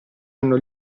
hanno